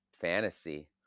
fantasy